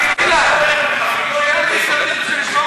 שניהם